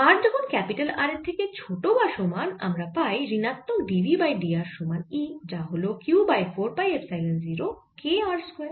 r যখন R এর থেকে ছোট বা সমান আমরা পাই ঋণাত্মক dv বাই dr সমান E যা হল Q by 4 pi epsilon 0 k r square